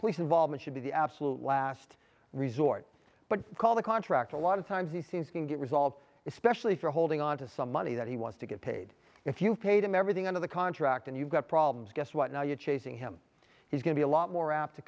police involvement should be the absolute last resort but call the contractor a lot of times the scenes can get resolved especially if you're holding on to some money that he wants to get paid if you've paid him everything out of the contract and you've got problems guess what now you're chasing him he's going be a lot more apt to